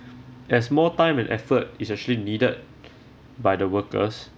as more time and effort is actually needed by the workers